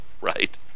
right